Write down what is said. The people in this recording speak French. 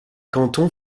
cantons